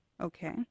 Okay